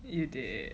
you did